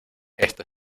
esto